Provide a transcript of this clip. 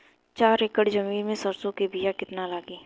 चार एकड़ जमीन में सरसों के बीया कितना लागी?